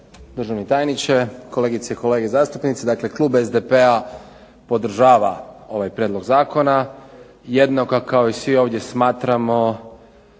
državni tajniče, kolegice i kolege zastupnici. Dakle, klub SDP-a podržava ovaj prijedlog zakona. Jednako kao i svi ovdje smatramo